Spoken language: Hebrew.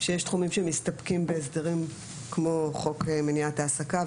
שישנם תחומים שמסתפקים בהסדרים כמו חוק מניעת העסקה,